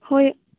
ᱦᱳᱭ